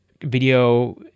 video